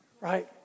Right